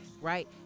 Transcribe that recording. right